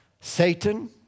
Satan